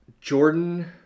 Jordan